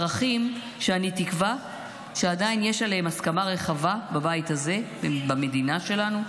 ערכים שאני תקווה שעדיין יש עליהם הסכמה רחבה בבית הזה ובמדינה שלנו.